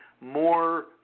More